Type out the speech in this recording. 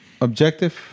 Objective